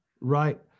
Right